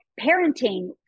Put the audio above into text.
parenting